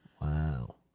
Wow